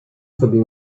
sobie